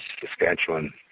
Saskatchewan